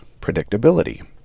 predictability